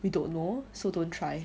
we don't know so don't try